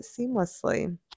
seamlessly